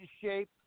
shape